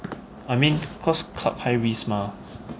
I mean because club high risk mah